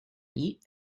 eat